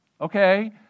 okay